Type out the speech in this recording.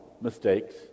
mistakes